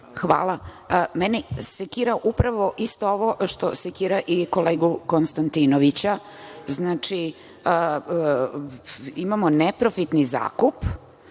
Hvala. Mene sekira upravo isto ovo što sekira i kolegu Konstantinovića. Znači, imamo neprofitni zakup